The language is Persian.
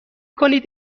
کنید